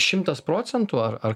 šimtas procentų ar ar